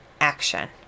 action